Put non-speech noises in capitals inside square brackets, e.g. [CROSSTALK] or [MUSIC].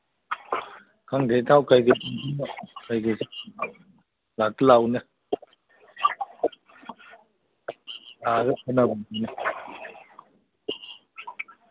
ꯈꯪꯗ꯭ꯔꯦ ꯏꯇꯥꯎ ꯀꯩꯀꯩ [UNINTELLIGIBLE] ꯀꯩꯀꯩ ꯂꯥꯛꯇꯤ ꯂꯥꯛꯎꯅꯦ [UNINTELLIGIBLE]